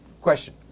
question